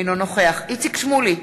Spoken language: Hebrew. אינו נוכח איציק שמולי,